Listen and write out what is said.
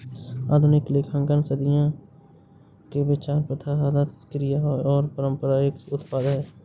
आधुनिक लेखांकन सदियों के विचार, प्रथा, आदत, क्रिया और परंपरा का एक उत्पाद है